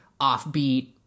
offbeat